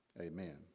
Amen